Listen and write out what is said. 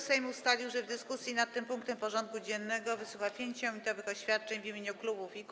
Sejm ustalił, że w dyskusji nad tym punktem porządku dziennego wysłucha 5-minutowych oświadczeń w imieniu klubów i kół.